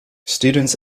students